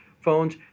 phones